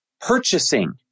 purchasing